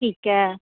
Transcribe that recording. ਠੀਕ ਹੈ